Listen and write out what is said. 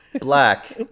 Black